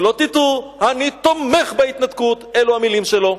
שלא תטעו, אני תומך בהתנתקות, אלו המלים שלו,